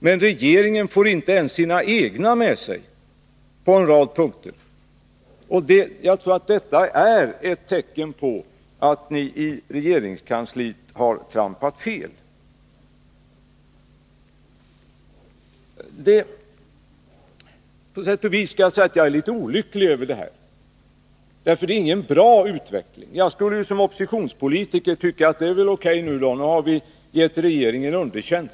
Men regeringen får på en rad punkter inte ens sina egna med sig, och jag tror att detta är ett tecken på att ni i regeringskansliet har trampat fel. Jag är på sätt och vis litet olycklig över detta, eftersom det inte är en bra utveckling. Jag skulle väl som oppositionspolitiker kunna tycka att det är bra att vi nu har givit regeringen underkänt.